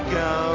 go